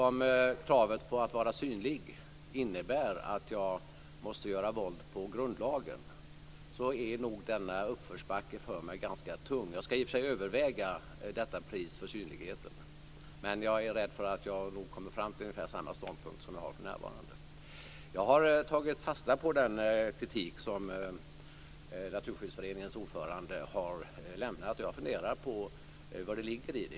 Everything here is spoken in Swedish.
Om kravet på att vara synlig innebär att jag måste göra våld på grundlagen är nog den uppförsbacken ganska tung för mig. Jag skall i och för sig överväga detta pris för synligheten. Men jag är rädd för att jag nog kommer fram till ungefär samma ståndpunkt som jag har för närvarande. Jag har tagit fasta på den kritik som Naturskyddsföreningens ordförande har lämnat, och jag funderar på vad som ligger i den.